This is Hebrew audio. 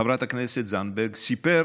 חברת הכנסת זנדברג, סיפר